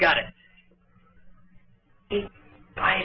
got it i